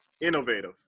innovative